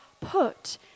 put